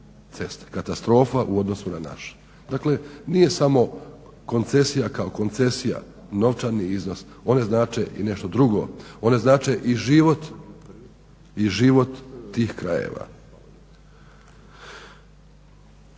katastrofa u odnosu na naše. Dakle, nije samo koncesija kao koncesija novčani iznos, one znače i nešto drugo, one znače i život tih krajeva.